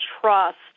trust